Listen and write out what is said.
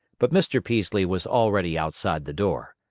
but mr. peaslee was already outside the door.